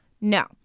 no